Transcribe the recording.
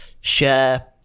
share